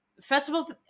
Festival